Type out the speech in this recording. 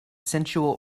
sensual